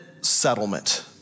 settlement